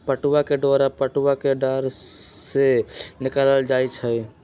पटूआ के डोरा पटूआ कें डार से निकालल जाइ छइ